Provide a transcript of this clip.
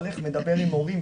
אני הולך לדבר עם הורים,